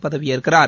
பதவியேற்கிறார்